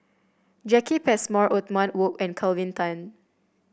Jacki Passmore Othman Wok and Kelvin Tan